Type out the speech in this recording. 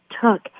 took